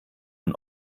und